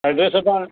address त तव्हां